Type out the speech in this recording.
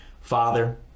Father